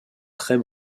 très